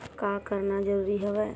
का करना जरूरी हवय?